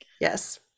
yes